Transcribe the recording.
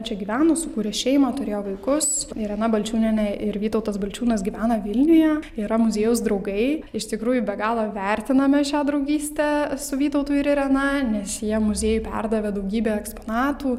čia gyveno sukūrė šeimą turėjo vaikus irena balčiūnienė ir vytautas balčiūnas gyvena vilniuje yra muziejaus draugai iš tikrųjų be galo vertiname šią draugystę su vytautu ir irena nes jie muziejui perdavė daugybę eksponatų